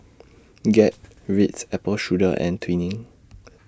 Gap Ritz Apple Strudel and Twinings